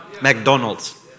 McDonald's